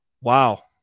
Wow